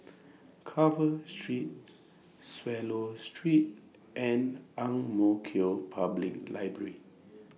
Carver Street Swallow Street and Ang Mo Kio Public Library